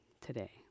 today